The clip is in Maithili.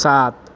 सात